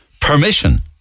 permission